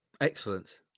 Excellent